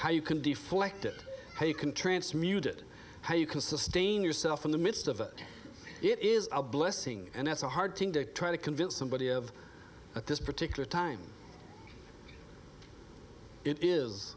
how you can deflect it you can transmute it how you can sustain yourself in the midst of it is a blessing and that's a hard thing to try to convince somebody of at this particular time it is